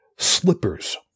Slippers